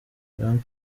trump